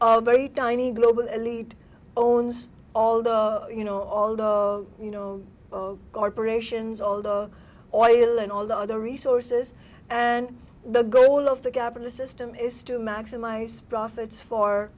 of very tiny global elite owns all the you know all the you know corporations all the oil and all the other resources and the goal of the gap in the system is to maximize profits for